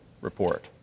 report